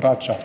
vrača